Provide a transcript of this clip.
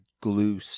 glue